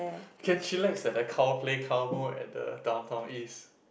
you can chillax at the Cow-Play-Cow-Moo at the Downtown East